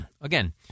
Again